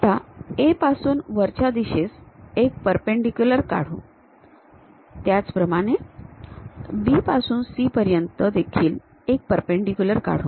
आता A पासून वरच्या दिशेस एक परपेंडीक्युलर काढू त्याचप्रमाणे B पासून C पर्यंत देखील एक परपेंडीक्युलर काढू